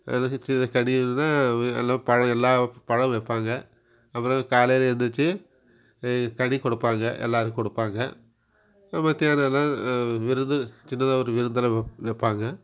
அதுக்கு தீர கனி வேணும்னா எல்லாம் பழம் எல்லாம் பழம் வைப்பாங்க அப்பறம் காலையில் எந்துருச்சி கனி கொடுப்பாங்க எல்லாருக்கும் கொடுப்பாங்க நம்ம தேவைனா விருது சின்னதாக ஒரு விருந்தெல்லாம் வெப் வைப்பாங்க